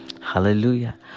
hallelujah